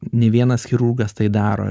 ne vienas chirurgas tai daro